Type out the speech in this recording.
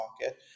market